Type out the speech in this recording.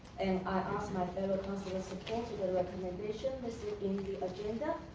and i ask my fellow councillors support to the recommendation listed in the agenda,